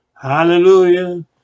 Hallelujah